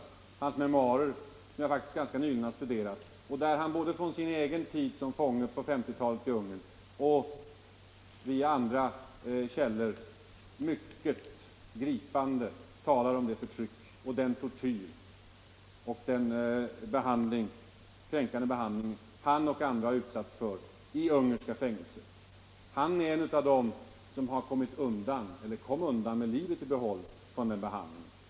I sina memoarer, som jag ganska nyligen Om uttalande mot har studerat, skildrar han sin egen tid som fånge på 1950-talet i Ungern = politiskt förtryck i men citerar även från andra källor mycket gripande om det förtryck och — Chile den tortyr, den kränkande behandling han och andra har utsatts för i ungerska fängelser. Han är en av dem som kom undan med livet i behåll från den behandlingen.